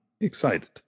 excited